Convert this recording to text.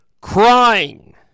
crying